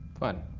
fun.